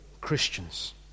Christians